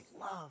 love